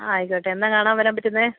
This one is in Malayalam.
ആയിക്കോട്ടെ എന്നാണ് കാണാൻ വരാൻ പറ്റുന്നത്